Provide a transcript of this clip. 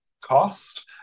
cost